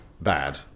bad